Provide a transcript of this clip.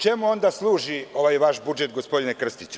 Čemu onda služi ovaj vaš budžet, gospodine Krstiću?